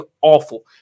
awful